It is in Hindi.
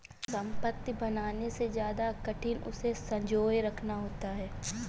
संपत्ति बनाने से ज्यादा कठिन उसे संजोए रखना होता है